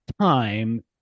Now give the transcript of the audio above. time